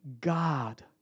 God